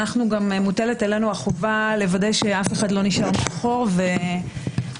עלינו החובה לוודא שאף אחד לא נשאר מאחור ושאנחנו